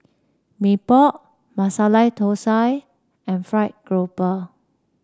Mee Pok Masala Thosai and fried grouper